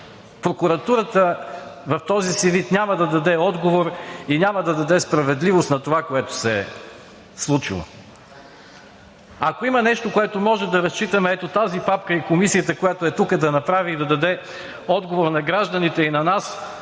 прокуратурата в този си вид няма да даде отговор и няма да даде справедливост на това, което се е случило. Ако има нещо, на което можем да разчитаме, е ето тази папка (показва) и на Комисията, която е тук, за да направи и да даде отговор на гражданите и на нас